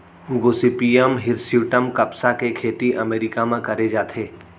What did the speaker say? Gossypium hirsutum कपसा के खेती अमेरिका म करे जाथे